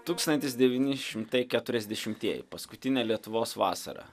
tūkstantis devyni šimtai keturiasdešimtieji paskutinė lietuvos vasara